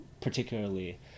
particularly